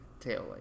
taillight